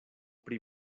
pri